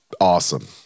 awesome